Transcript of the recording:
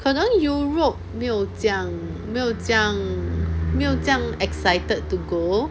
可能 europe 没有这样没有这样没有这样 excited to go